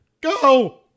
Go